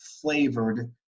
flavored